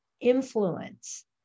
influence